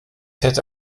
hätte